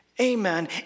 amen